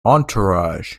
entourage